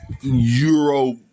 Euro